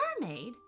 mermaid